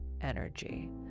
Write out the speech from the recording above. energy